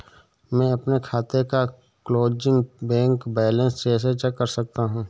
मैं अपने खाते का क्लोजिंग बैंक बैलेंस कैसे चेक कर सकता हूँ?